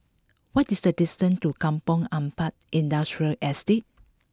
what is the distance to Kampong Ampat Industrial Estate